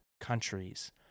countries